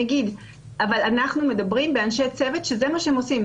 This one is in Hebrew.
אבל אנחנו מדברים באנשי צוות שזה מה שהם עושים,